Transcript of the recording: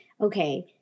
okay